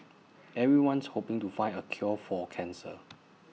everyone's hoping to find A cure for cancer